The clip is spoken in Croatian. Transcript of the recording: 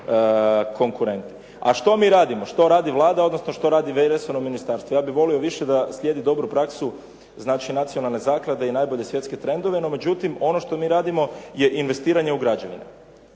A što mi radimo, što radi Vlada, odnosno što radi resorno ministarstvo. Ja bih volio više da slijedi dobru praksu, znači nacionalne zaklade i najbolje svjetske trendove, no međutim ono što mi radimo je investiranje u građevine